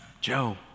Joe